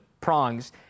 prongs